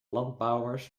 landbouwers